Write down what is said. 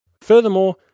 Furthermore